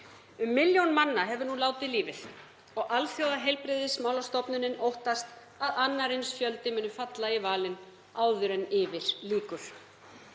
Um milljón manna hefur nú látið lífið og Alþjóðaheilbrigðismálastofnunin óttast að annar eins fjöldi muni falla í valinn áður en yfir lýkur.